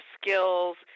skills